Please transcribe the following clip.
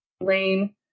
lane